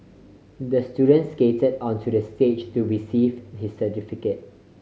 the student skated onto the stage to receive his certificate